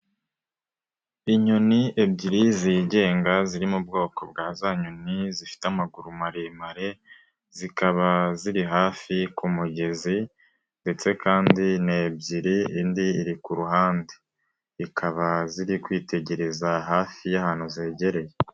Inyoni ebyiri zigenga ziri mu ubwoko bwa za nyoni zifite amaguru maremare, zikaba ziri hafi ku mugezi ndetse kandi ni ebyiri, indi iri ku ruhande. Zikaba ziri kwitegereza hafi y'ahantu zegereye.